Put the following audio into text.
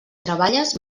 treballes